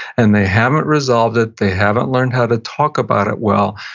and they haven't resolved it. they haven't learned how to talk about it well,